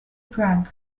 prague